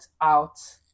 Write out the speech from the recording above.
out